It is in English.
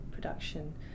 Production